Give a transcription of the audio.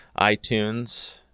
iTunes